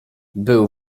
był